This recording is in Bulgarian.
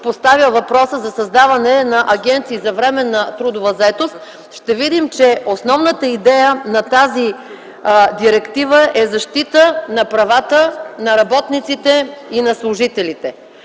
поставя въпроса за създаване на агенции за временна трудова заетост, ще видим, че основната идея на тази директива е защита на правата на работниците и на служителите.